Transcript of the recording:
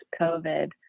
covid